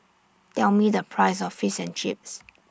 Tell Me The Price of Fish and Chips